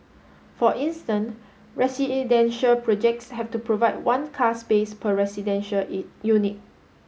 for instance residential projects have to provide one car space per residential unit